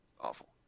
Awful